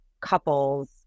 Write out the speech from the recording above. couples